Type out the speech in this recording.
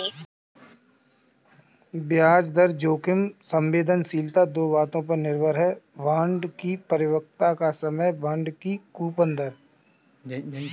ब्याज दर जोखिम संवेदनशीलता दो बातों पर निर्भर है, बांड की परिपक्वता का समय, बांड की कूपन दर